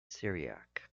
syriac